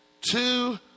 two